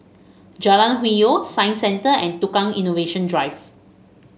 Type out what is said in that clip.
Jalan Hwi Yoh Science Centre and Tukang Innovation Drive